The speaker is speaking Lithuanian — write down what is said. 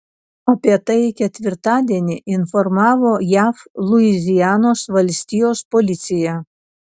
apie tai ketvirtadienį informavo jav luizianos valstijos policija